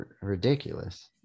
ridiculous